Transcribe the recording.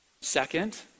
Second